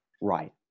Right